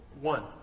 One